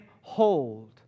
hold